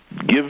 Give